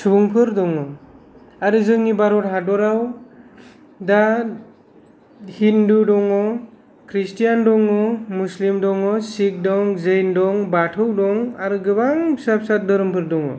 सुबुंफोर दङ आरो जोंनि भारत हादरआव दा हिन्दु दङ ख्रिस्थियान दङ मुस्लिम दङ सिख दं जैन दं बाथौ दं आरो गोबां फिसा फिसा धोरोमफोर दङ